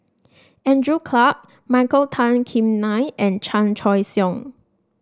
Andrew Clarke Michael Tan Kim Nei and Chan Choy Siong